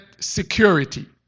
security